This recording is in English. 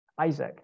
Isaac